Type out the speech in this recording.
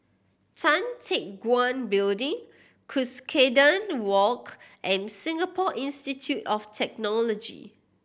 Tan Teck Guan Building Cuscaden Walk and Singapore Institute of Technology